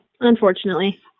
unfortunately